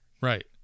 right